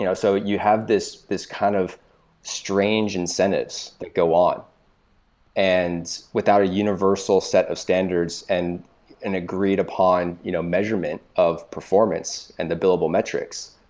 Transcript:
you know so you have this this kind of strange incentives that go on and without a universal set of standards and an agreed upon you know measurement of performance and billable metrics,